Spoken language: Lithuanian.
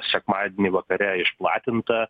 sekmadienį vakare išplatinta